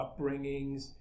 upbringings